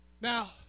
now